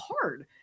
hard